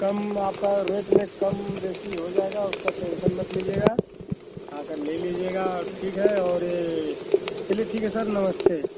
कम आपका रेट में कम वैसे ही हो जायेगा उसका टेन्सन मत लीजिएगा आकार ले लीजिएगा ठीक है और ये चलिए ठीक है सर नमस्ते